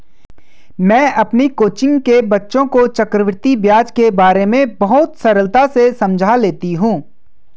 मैं अपनी कोचिंग के बच्चों को चक्रवृद्धि ब्याज के बारे में बहुत सरलता से समझा लेती हूं